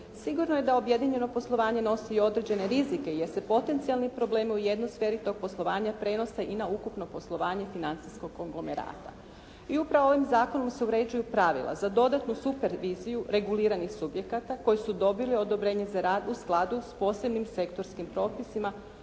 Sigurno je da objedinjeno poslovanje nosi i određene rizike, jer se potencijalni problemi u jednoj sferi tog poslovanje prenose i na ukupno poslovanje financijskog konglomerata. I upravo ovim zakonom se uređuju pravila za dodatnu superviziju reguliranih subjekata koji su dobili odobrenje za rad u skladu s posebnim sektorskim propisima,